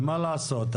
ומה לעשות,